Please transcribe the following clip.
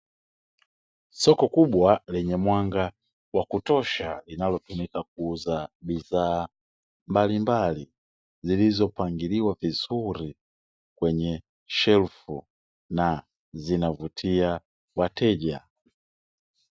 Soko kubwa lenye mwanga wa kutosha, linalotumika kuuza bidhaa mbalimbali zilizopangiliwa vizuri, kwenye shelfu na zinavutia wateja.